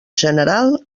general